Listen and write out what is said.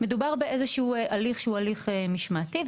מדובר בהליך משמעתי,